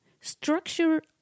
structure